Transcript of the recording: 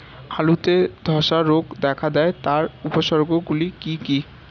আলুতে ধ্বসা রোগ দেখা দেয় তার উপসর্গগুলি কি কি?